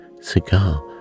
cigar